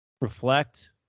Reflect